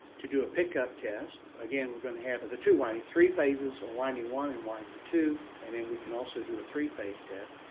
to do a pickup test, again we're going to have the the two winding three phases or winding one and winding two and then we can also do a three phase test.